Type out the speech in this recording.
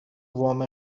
وام